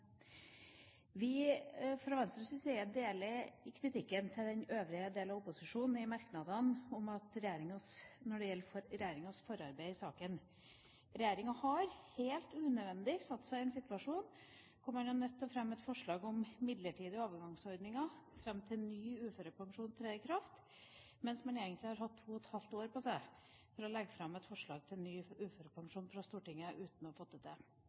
Vi fra Venstres side deler kritikken til den øvrige del av opposisjonen i merknadene når det gjelder regjeringas forarbeid i saken. Regjeringa har helt unødvendig satt seg i en situasjon hvor man er nødt til å fremme et forslag om midlertidige overgangsordninger fram til ny uførepensjon trer i kraft, mens man har hatt to og et halvt år på seg til å legge fram forslag til ny uførepensjon for Stortinget, uten å ha fått det til.